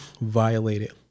violated